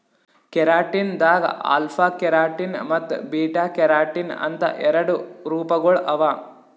keratin ದಾಗ್ alpha keratin ಮತ್ತ್ beta keratin ಅಂತ್ ಎರಡು ರೂಪಗೊಳ್ ಅವಾ